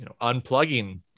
unplugging